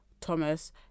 Thomas